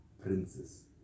princes